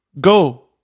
go